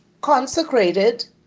consecrated